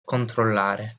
controllare